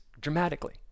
dramatically